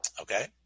Okay